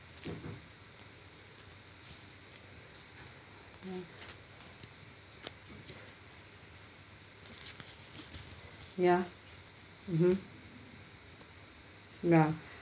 ya mmhmm ya